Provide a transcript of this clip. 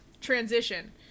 transition